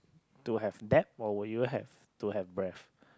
to have depth or would you have to have breadth